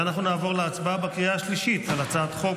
ואנחנו נעבור להצבעה בקריאה השלישית על הצעת חוק